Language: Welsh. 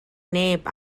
neb